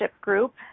group